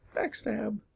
Backstab